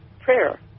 prayer